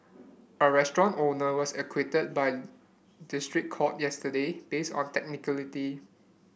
a restaurant owner was acquitted by district court yesterday based on technicality